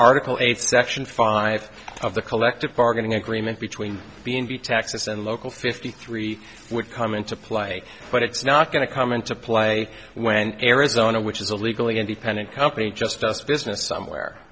article eight section five of the collective bargaining agreement between b and b texas and local fifty three would come into play but it's not going to come into play when arizona which is a legally independent company just just business somewhere